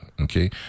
okay